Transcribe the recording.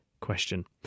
question